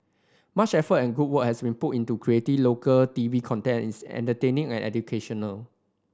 much effort and good work has been put into creating local TV content is entertaining and educational